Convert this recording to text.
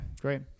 great